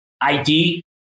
ID